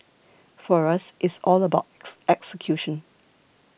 for us it's all about execution